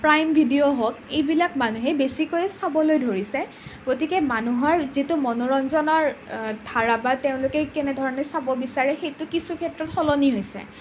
prime Video হওক এইবিলাক মানুহে বেছিকৈ চাবলৈ ধৰিছে গতিকে মানুহৰ যিটো মনোৰঞ্জনৰ ধাৰা বা তেওঁলোকে কোনে ধৰণে চাব বিচাৰে সেইটো কিছু ক্ষেত্ৰত সলনি হৈছে